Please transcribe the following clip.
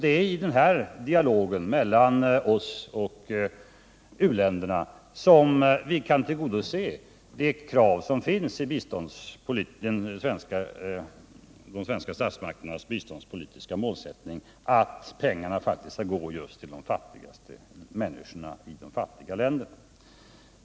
Det är genom denna dialog mellan oss och u-länderna som vi kan tillgodose de svenska statsmakternas biståndspolitiska målsättning att pengarna skall gå just till de fattigaste människorna i de fattigaste länderna.